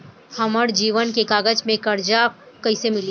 हमरा जमीन के कागज से कर्जा कैसे मिली?